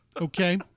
Okay